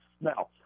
Now